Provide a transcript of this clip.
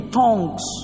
tongues